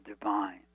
divine